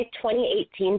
2018